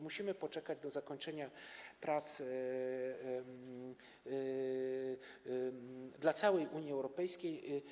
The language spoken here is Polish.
Musimy poczekać do zakończenia prac dotyczących całej Unii Europejskiej.